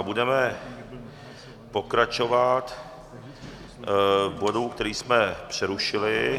Budeme pokračovat bodem, který jsme přerušili.